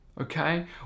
Okay